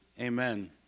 Amen